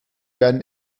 werden